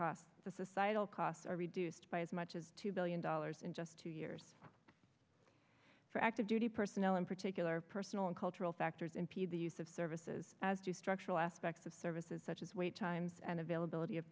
costs the societal costs are reduced by as much as two billion dollars in just two years for active duty personnel in particular personal and cultural factors impede the use of services as do structural aspects of services such as wait times and availability of